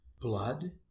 blood